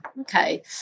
okay